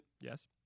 Yes